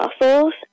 muscles